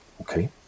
Okay